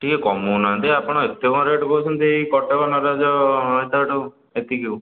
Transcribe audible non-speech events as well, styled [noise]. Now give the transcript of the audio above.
ଟିକେ କମାଉନାହାଁନ୍ତି ଆପଣ ଏତେ କ'ଣ ରେଟ୍ କହୁଛନ୍ତି ଏଇ କଟକ ନରାଜ [unintelligible] ଏତିକିକୁ